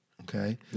Okay